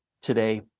today